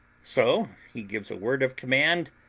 so he gives a word of command,